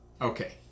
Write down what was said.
Okay